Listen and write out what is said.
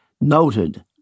noted